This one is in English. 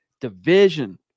division